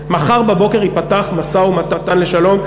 מחר בבוקר ייפתח משא-ומתן לשלום.